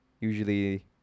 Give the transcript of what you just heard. usually